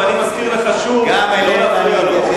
ואני מזכיר לך שוב לא להפריע לו,